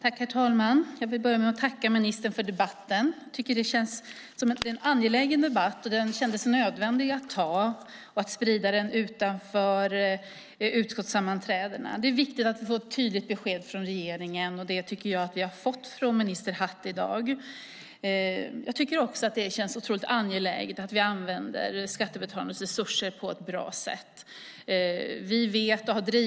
Herr talman! Jag vill börja med att tacka ministern för debatten. Det känns som en angelägen debatt, och den kändes nödvändig att ta och att också sprida den utanför utskottssammanträdena. Det är viktigt att vi får ett tydligt besked från regeringen, och det tycker jag att vi har fått från minister Hatt i dag. Jag tycker också att det är angeläget att vi använder skattebetalarnas resurser på ett bra sätt.